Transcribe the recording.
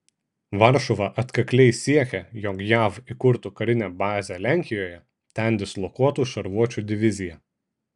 varšuva atkakliai siekia jog jav įkurtų karinę bazę lenkijoje ten dislokuotų šarvuočių diviziją